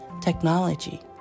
technology